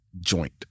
joint